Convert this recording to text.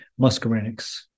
muscarinics